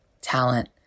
talent